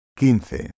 quince